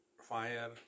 fire